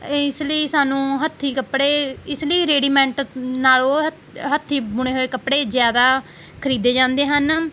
ਇਸ ਲਈ ਸਾਨੂੰ ਹੱਥੀਂ ਕੱਪੜੇ ਇਸ ਲਈ ਰੈਡੀਮੈਂਟ ਨਾਲੋਂ ਹ ਹੱਥੀਂ ਬੁਣੇ ਹੋਏ ਕੱਪੜੇ ਜ਼ਿਆਦਾ ਖਰੀਦੇ ਜਾਂਦੇ ਹਨ